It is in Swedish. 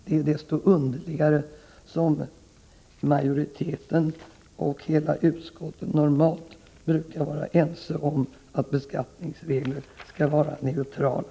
Det är desto underligare som utskottet normalt brukar vara ense om att beskattningsreglerna skall vara neutrala.